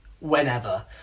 whenever